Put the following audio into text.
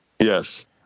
Yes